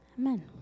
Amen